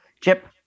chip